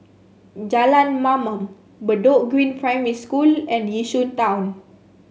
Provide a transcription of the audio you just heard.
Jalan Mamam Bedok Green Primary School and Yishun Town